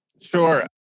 Sure